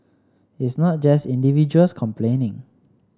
it's not just individuals complaining